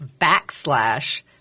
backslash